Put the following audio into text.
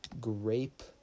grape